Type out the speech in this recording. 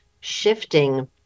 shifting